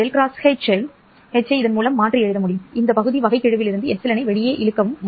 V ́ ́H ஐ இதன் மூலம் மாற்றலாம் இந்த பகுதி வகைக்கெழுவிலிருந்து எப்சிலனை வெளியே இழுக்கவும்